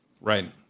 Right